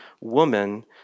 woman